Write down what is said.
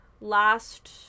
last